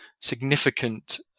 significant